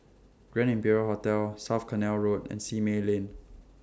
Grand Imperial Hotel South Canal Road and Simei Lane